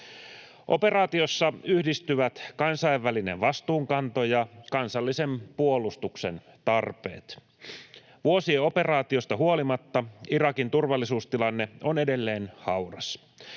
Operaatiossa yhdistyvät kansainvälinen vastuunkanto ja kansallisen puolustuksen tarpeet. Vuosien operaatiosta huolimatta Irakin turvallisuustilanne on edelleen hauras.